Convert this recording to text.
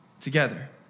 together